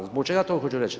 Zbog čega to hoću reći.